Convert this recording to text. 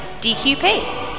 DQP